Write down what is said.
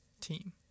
team